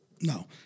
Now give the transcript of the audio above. no